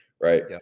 right